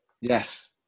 Yes